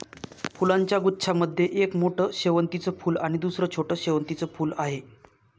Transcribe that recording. फुलांच्या गुच्छा मध्ये एक मोठं शेवंतीचं फूल आणि दुसर छोटं शेवंतीचं फुल आहे